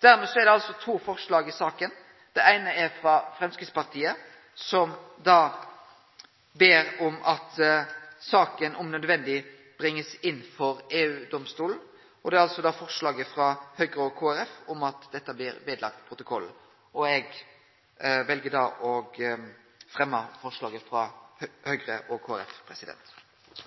Dermed er det altså to forslag i saka. Det eine er frå Framstegspartiet, som ber om at saka om nødvendig blir bringa inn for EU-domstolen, og det er forslaget frå Høgre og Kristeleg Folkeparti om at dette blir vedlagt protokollen. Eg vel da å fremje forslaget frå Høgre og